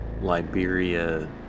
liberia